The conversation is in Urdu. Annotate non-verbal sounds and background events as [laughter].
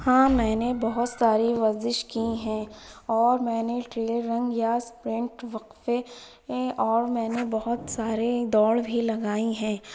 ہاں میں نے بہت ساری ورزش کی ہیں اور میں نے [unintelligible] رنگ [unintelligible] وقفے اور میں نے سارے دوڑ بھی لگائی ہیں